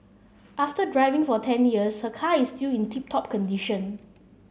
after driving for ten years her car is still in tip top condition